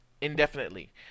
indefinitely